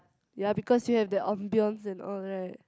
ya because you have the ambience and all right